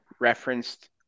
referenced